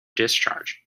discharge